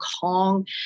Kong